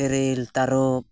ᱛᱮᱨᱮᱞ ᱛᱟᱨᱚᱯ